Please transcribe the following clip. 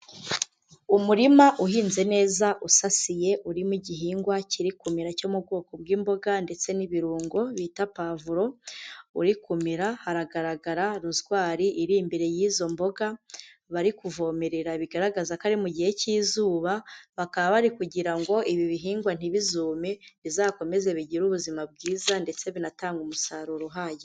Umurima uhinze neza, usasiye, urimo igihingwa kiri kumera cyo mu bwoko bw'imboga ndetse n'ibirungo bita pavuro, uri kumera, haragaragara ruzwari iri imbere y'izo mboga bari kuvomerera bigaragaza ko ari mu gihe cy'izuba, bakaba bari kugira ngo ibi bihingwa ntibizume, bizakomeze bigire ubuzima bwiza, ndetse binatange umusaruro uhagije.